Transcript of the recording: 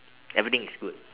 everything is good